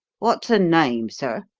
what's un name, sir?